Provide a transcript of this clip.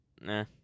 Nah